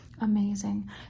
Amazing